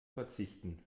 verzichten